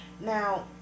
Now